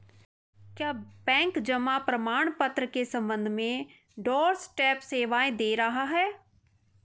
क्या बैंक जमा प्रमाण पत्र के संबंध में डोरस्टेप सेवाएं दे रहा है?